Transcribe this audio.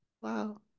Wow